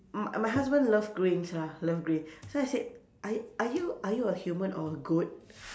m~ my husband love greens ah love green so I said are y~ are you are you a human or a goat